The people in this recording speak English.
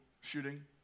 shooting